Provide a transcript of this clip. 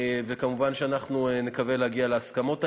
וכמובן, אנחנו נקווה להגיע להסכמות האלה.